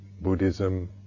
Buddhism